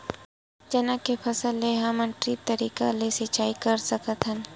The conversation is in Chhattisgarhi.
चना के फसल म का हमन ड्रिप तरीका ले सिचाई कर सकत हन?